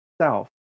self